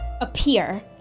appear